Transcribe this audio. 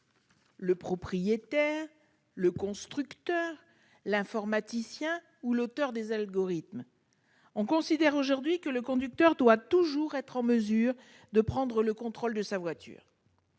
Le propriétaire ? Le constructeur ? L'informaticien ? Ou encore l'auteur des algorithmes ? On considère aujourd'hui que le conducteur doit toujours être en mesure de prendre le contrôle de sa voiture.